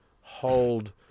hold